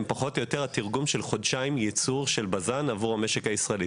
והם פחות או יותר התרגום של חודשיים ייצור של בז"ן עבור המשק הישראלי.